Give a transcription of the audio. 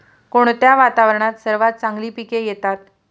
कोणत्या वातावरणात सर्वात चांगली पिके येतात?